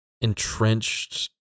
entrenched